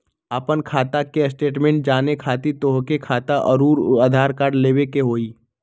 आपन खाता के स्टेटमेंट जाने खातिर तोहके खाता अऊर आधार कार्ड लबे के होइ?